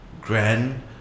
grand